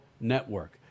Network